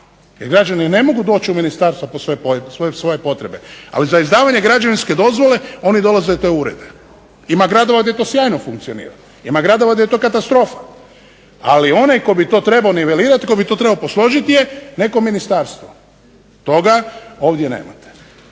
jer građani ne mogu doći u ministarstva po svoje potrebe, ali za izdavanje građevinske dozvole oni dolaze u te urede. Ima gradova gdje to sjajno funkcionira, ima gradova gdje je to katastrofa. Ali onaj tko bi to trebao nivelirati i tko bi to trebao posložiti je neko ministarstvo. Toga ovdje nema.